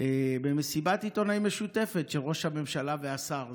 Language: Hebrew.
במסיבת עיתונאים משותפת של ראש הממשלה והשר.